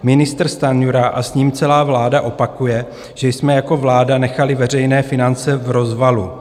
Ministr Stanjura a s ním celá vláda opakuje, že jsme jako vláda nechali veřejné finance v rozvalu.